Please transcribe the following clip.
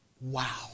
Wow